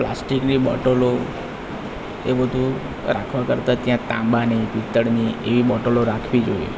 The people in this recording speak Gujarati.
પ્લાસ્ટિકની બોટલો એ બધું રાખવા કરતાં ત્યાં તાંબાની પિત્તળની એવી બોટલો રાખવી જોઈએ